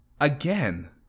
again